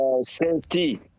safety